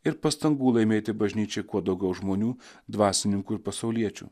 ir pastangų laimėti bažnyčiai kuo daugiau žmonių dvasininkų ir pasauliečių